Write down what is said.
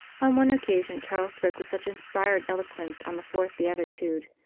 on one occasion charles spoke with such in spired eloquence on the fourth beatitude,